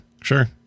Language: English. Sure